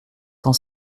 cent